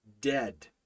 dead